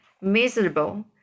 miserable